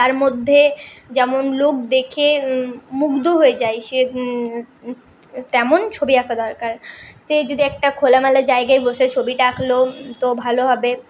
তার মধ্যে যেমন লোক দেখে মুগ্ধ হয়ে যায় সে তেমন ছবি আঁকা দরকার সে যদি একটা খোলামেলা জায়গায় বসে ছবিটা আঁকলো তো ভালো হবে